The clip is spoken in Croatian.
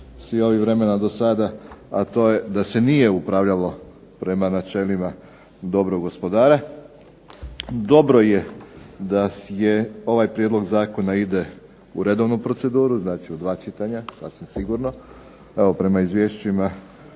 svih ovih vremena do sada a to je da se nije upravljalo prema načelima dobrog gospodara. Dobro je da ovaj prijedlog zakona ide u redovnu proceduru, znači u dva čitanja sasvim sigurno. Evo prema izvješćima